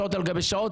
שעות על גבי שעות,